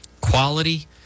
quality